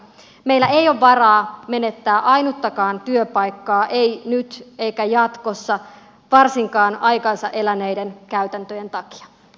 meillä ei ole varaa menettää ainuttakaan työpaikkaa ei nyt eikä jatkossa varsinkaan aikansa eläneiden käytäntöjen takia